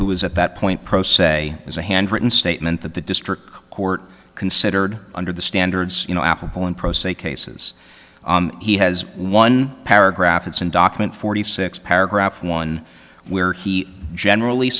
who was at that point pro se is a handwritten statement that the district court considered under the standards you know affable and pro se cases he has one paragraph it's in document forty six paragraph one where he generally